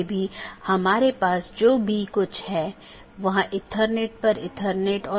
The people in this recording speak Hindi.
तो यह एक तरह से पिंगिंग है और एक नियमित अंतराल पर की जाती है